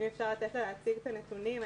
להציג את הנתונים.